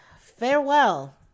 Farewell